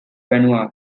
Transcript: vanuatu